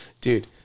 dude